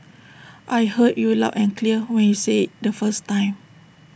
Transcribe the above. I heard you loud and clear when you said IT the first time